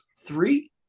Three